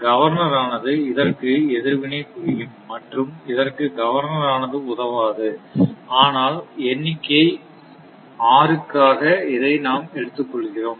governor ஆனது இதற்கு எதிர்வினை புரியும் மற்றும் இதற்கு கவர்னர் ஆனது உதவாது ஆனால் எண்ணிக்கை r க்காக இதை நாம் எடுத்துக் கொள்கிறோம்